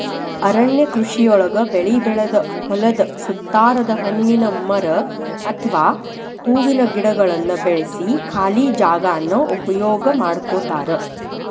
ಅರಣ್ಯ ಕೃಷಿಯೊಳಗ ಬೆಳಿ ಬೆಳದ ಹೊಲದ ಸುತ್ತಾರದ ಹಣ್ಣಿನ ಮರ ಅತ್ವಾ ಹೂವಿನ ಗಿಡಗಳನ್ನ ಬೆಳ್ಸಿ ಖಾಲಿ ಜಾಗಾನ ಉಪಯೋಗ ಮಾಡ್ಕೋತಾರ